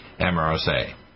MRSA